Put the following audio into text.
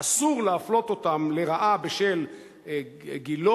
אסור להפלות אותו לרעה בשל גילו,